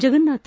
Jagannath